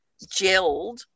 gelled